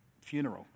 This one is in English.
funeral